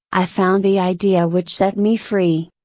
i found the idea which set me free.